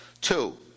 Two